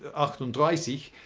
acht und dreissig.